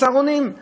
נתנו את הביטחון.